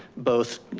both,